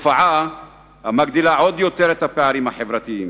תופעה המגדילה עוד יותר את הפערים החברתיים